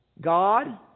God